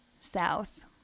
south